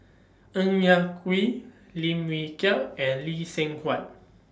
Ng Yak Whee Lim Wee Kiak and Lee Seng Huat